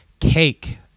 Cake